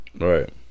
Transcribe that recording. right